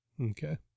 Okay